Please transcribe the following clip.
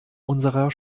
unserer